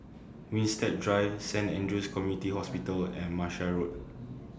Winstedt Drive Saint Andrew's Community Hospital and Martia Road